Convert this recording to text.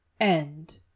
End